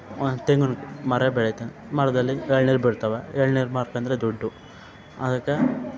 ಒಂದು ತೆಂಗಿನ ಮರ ಬೆಳಿತಾನೆ ಮರದಲ್ಲಿ ಎಳ್ನೀರು ಬರ್ತಾವ ಎಳ್ನೀರು ಮಾರ್ಕಂಡ್ರೆ ದುಡ್ಡು ಅದಕ್ಕೆ